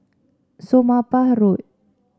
Somapah Road